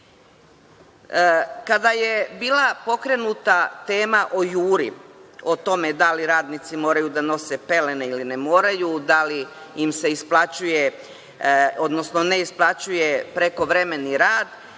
kešu. Kada je bila pokrenuta tema o „Juri“, o tome da li radnici moraju da nose pelene ili ne moraju, da li im se isplaćuje, odnosno ne isplaćuje prekovremeni rad,